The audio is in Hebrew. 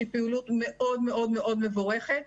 שהיא פעילות מאוד מאוד מאוד מבורכת,